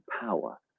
power